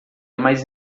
mais